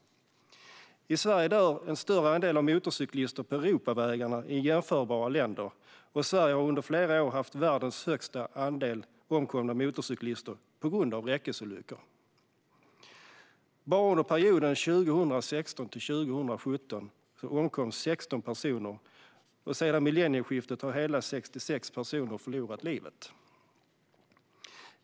I Sverige dör en större andel motorcyklister på Europavägarna än i jämförbara länder. Sverige har under flera år haft världens högsta andel omkomna motorcyklister på grund av räckesolyckor. Bara under perioden 2016-2017 omkom 16 personer, och sedan millennieskiftet har hela 66 personer förlorat livet.